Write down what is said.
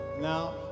Now